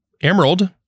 Emerald